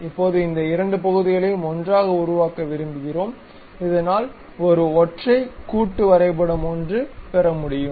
இப்போது இந்த இரண்டு பகுதிகளையும் ஒன்றாக உருவாக்க விரும்புகிறோம் இதனால் ஒரு ஒற்றை கூட்டு வரைபடம் ஒன்று பெற முடியும்